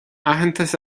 aitheantas